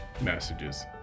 messages